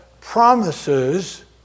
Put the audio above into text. promises